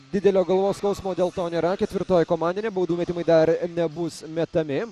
didelio galvos skausmo dėl to nėra ketvirtoji komandinė baudų metimai dar nebus metami